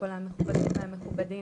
כל האנשים המכובדים